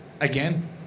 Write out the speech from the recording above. Again